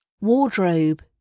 Wardrobe